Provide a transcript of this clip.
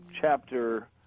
chapter